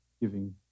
giving